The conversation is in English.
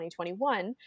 2021